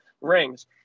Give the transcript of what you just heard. rings